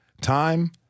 Time